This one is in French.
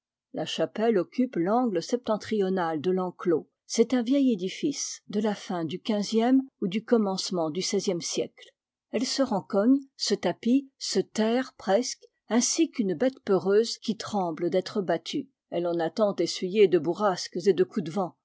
la chapelle occupe l'angle septentrional de l'enclos c'est un vieil édifice de la fin du xvou du commencement du xvie siècle elle se rencogne se tapit se terre presque ainsi qu'une bête peureuse qui tremble d'être battue elle en a tant essuyé de bourrasques et de coups de vent